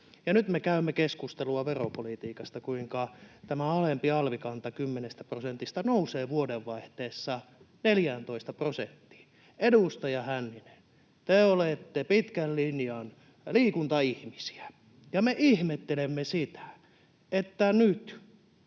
Nyt me käymme keskustelua veropolitiikasta, kuinka tämä alempi alvikanta nousee vuodenvaihteessa 10 prosentista 14 prosenttiin. Edustaja Hänninen, te olette pitkän linjan liikuntaihmisiä, ja me ihmettelemme sitä, että nyt